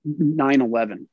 9-11